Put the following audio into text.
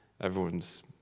everyone's